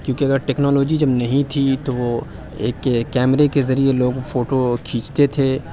کیونکہ اگر ٹیکنالوجی جب نہیں تھی تو وہ ایک کیمرے کے ذریعے لوگ فوٹو کھینچتے تھے